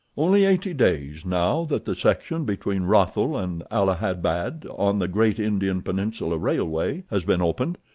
only eighty days, now that the section between rothal and allahabad, on the great indian peninsula railway, has been opened.